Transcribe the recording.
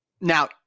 now